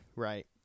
Right